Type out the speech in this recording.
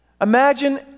Imagine